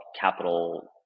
capital